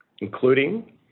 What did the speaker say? including